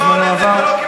זמנו עבר.